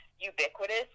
ubiquitous